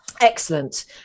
Excellent